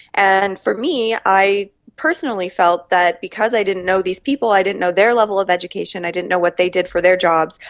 and for me i personally felt that because i didn't know these people, i didn't know their level of education, i didn't know what they did for their jobs,